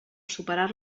superar